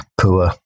poor